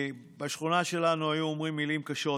בשכונה שלנו היו אומרים מילים קשות